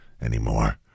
anymore